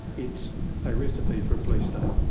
it's a recipe for a police state.